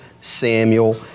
Samuel